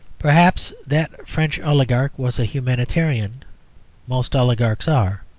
perhaps that french oligarch was a humanitarian most oligarchs are.